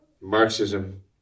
Marxism